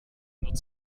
not